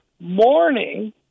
morning